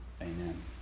Amen